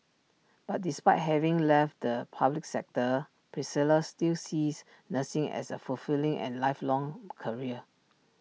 but despite having left the public sector Priscilla still sees nursing as A fulfilling and lifelong career